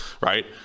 right